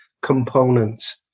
components